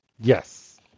Yes